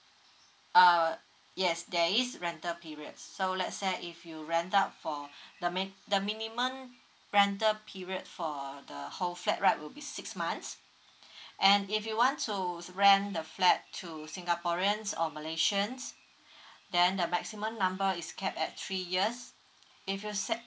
uh yes there is rental period so let's say if you rent out for the the minimum rental period for the whole flat right will be six months and if you want to rent the flat to singaporeans or malaysians then the maximum number is capped at three years if you set